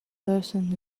person